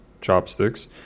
chopsticks